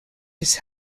his